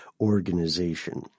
organization